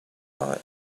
are